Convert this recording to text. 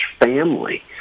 family